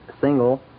single